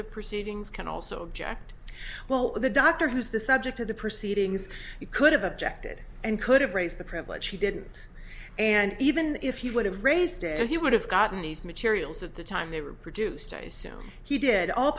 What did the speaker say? the proceedings can also object well the doctor who's the subject of the proceedings you could have objected and could have raised the privilege he didn't and even if he would have raised it he would have gotten these materials at the time they were produced a soon he did all